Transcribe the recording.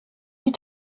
die